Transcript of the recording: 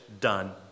done